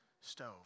stove